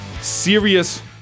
serious